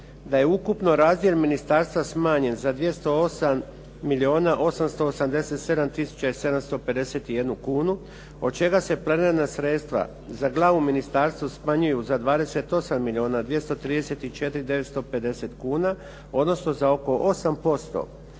da je ukupno razdjel ministarstva smanjen za 208 milijuna 887 tisuća i 751 kunu od čega se planirana sredstva za glavu u ministarstvu smanjuju za 28 milijuna 234, 950 kuna, odnosno za oko 8%,